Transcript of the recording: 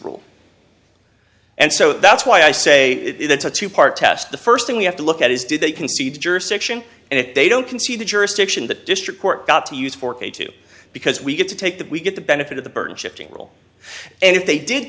rule and so that's why i say that's a two part test the first thing we have to look at is did they concede jurisdiction and if they don't concede the jurisdiction the district court got to use for k two because we get to take that we get the benefit of the burden shifting and if they did